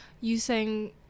using